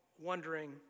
wondering